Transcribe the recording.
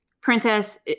Princess